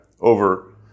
over